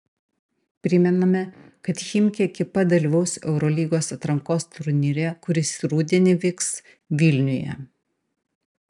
primename kad chimki ekipa dalyvaus eurolygos atrankos turnyre kuris rudenį vyks vilniuje